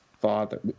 father